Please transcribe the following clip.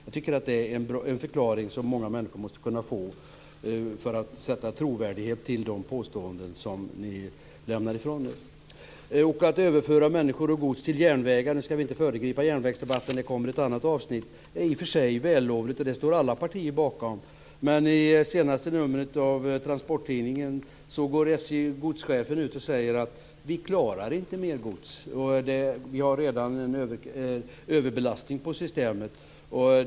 Jag tycker att det är en förklaring som många människor måste få för att ni ska skapa trovärdighet när det gäller de påståenden ni lämnar ifrån er. nu ska vi inte föregripa järnvägsdebatten, den kommer i ett annat avsnitt - är i och för sig vällovligt. Det står alla partier bakom. Men i senaste numret av transporttidningen går SJ:s godschef ut och säger att man inte klarar mer gods och att man redan har en överbelastning på systemet.